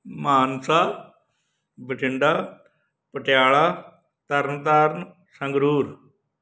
Mansa Bathinda Patiala Tarn Taran Sangrur